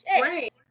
Right